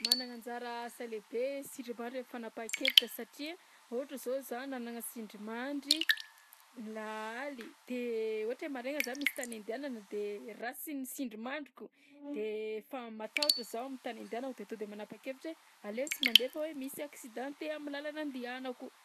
Managna anjara asa lehibe ny sindrimandry am'fanapahan-kevitra satria ohatra zao za nanagna sindrimandry lahaly, de ohatra hoe maraigna za misy tany andehanana de rasy ny sindrimandriko de efa matahotra zaho amin'ny tany handehanako de to de manapakevitra hoe aleo tsy mandeha fa hoe misy accidenté am'làlana andehanako.